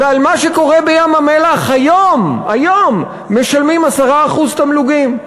ועל מה שקורה בים-המלח היום משלמים 10% תמלוגים,